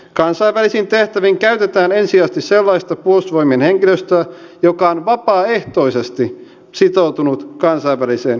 kansainvälisiin tehtäviin käytetään ensisijaisesti sellaista puolustusvoimien henkilöstöä joka on vapaaehtoisesti sitoutunut kansainväliseen toimintaan